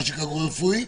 מה שקרוי רפואי,